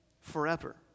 Forever